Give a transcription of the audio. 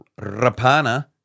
Rapana